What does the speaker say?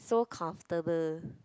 so comfortable